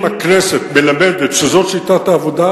אם הכנסת מלמדת שזאת שיטת העבודה,